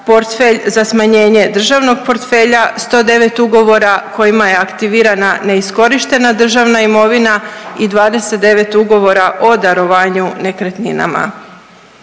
portfelj za smanjenje državnog portfelja, 109 ugovora kojima je aktivirana neiskorištena državna imovina i 29 ugovora o darovanju nekretninama.